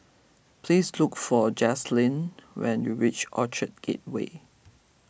please look for Jazlyn when you reach Orchard Gateway